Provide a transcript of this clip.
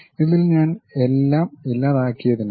ഇതിൽ ഞാൻ എല്ലാം ഇല്ലാതാക്കിയതിനാൽ